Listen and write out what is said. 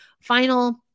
final